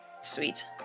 Sweet